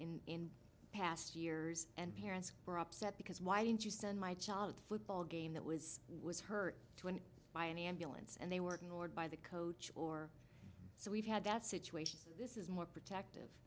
ignored in past years and parents were upset because why didn't you send my child to football game that was was hurt by any ambulance and they were ignored by the coach or so we've had that situation this is more protective